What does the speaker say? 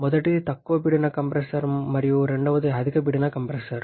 మొదటిది తక్కువ పీడన కంప్రెసర్ మరియు రెండవది అధిక పీడన కంప్రెసర్